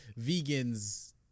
vegans